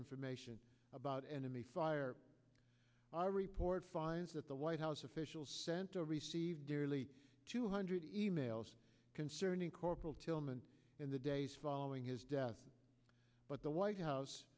information about enemy fire i report finds that the white house officials sent or received nearly two hundred e mails concerning corporal tillman in the days following his death but the white house